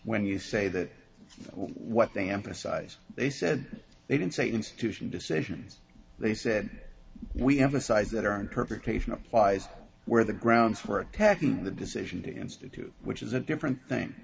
when you say that what they emphasize they said they didn't say institution decisions they said we emphasize that our interpretation applies where the grounds for attacking the decision to institute which is a different